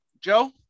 Joe